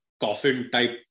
coffin-type